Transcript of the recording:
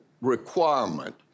requirement